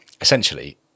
essentially